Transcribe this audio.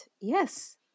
yes